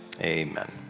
amen